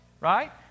right